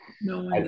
no